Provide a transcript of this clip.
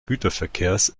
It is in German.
güterverkehrs